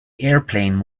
airplane